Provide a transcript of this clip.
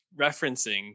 referencing